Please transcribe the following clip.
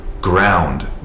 ground